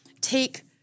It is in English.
take